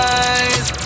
eyes